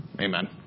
amen